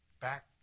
Back